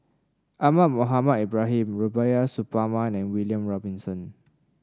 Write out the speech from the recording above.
Ahmad Mohamed Ibrahim Rubiah Suparman and William Robinson